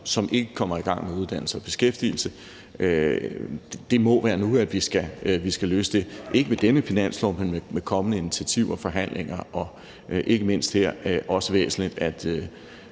som ikke kommer i gang med uddannelse eller beskæftigelse. Det må være nu, vi skal løse det problem, ikke med dette forslag til finanslov, men med kommende initiativer og forhandlinger, og her er det ikke mindst væsentligt